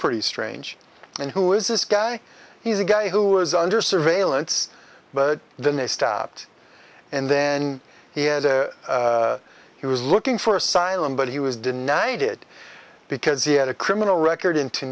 pretty strange and who is this guy he's a guy who was under surveillance but then they stopped and then he had he was looking for asylum but he was denied it because he had a criminal record in